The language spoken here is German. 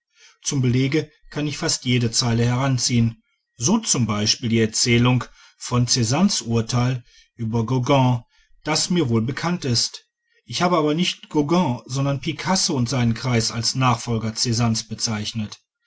zum belege kann ich fast jede zeile heranziehen so z b die erzählung von czannes urteil über gauguin das mir wohlbekannt ist ich habe aber nicht gauguin sondern picasso und seinen kreis als nachfolger czannes bezeichnet